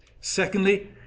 Secondly